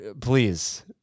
Please